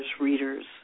readers